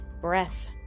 breath